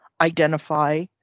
Identify